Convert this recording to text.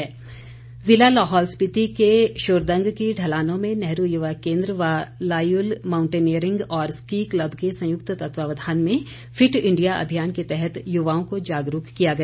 fit India जिला लाहौल स्पिति के शुरदंग की ढलानों में नेहरू युवा केन्द्र व लायुल मांउटेनियरिंग और स्की क्लब के संयुक्त तत्वावधान में फिट इंडिया अभियान के तहत युवाओं को जागरूक किया गया